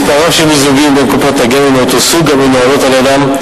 מספר רב של מיזוגים בין קופות גמל מאותו סוג המנוהלות על-ידן.